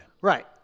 Right